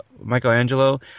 Michelangelo